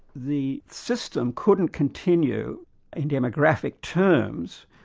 the system couldn't continue in demographic terms,